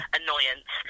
annoyance